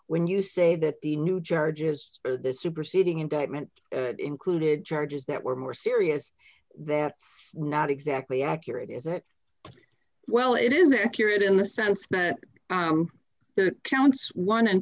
when you say that the new charges this superseding indictment included charges that were more serious that not exactly accurate is it well it is accurate in the sense that the counts one